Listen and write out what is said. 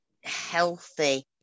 healthy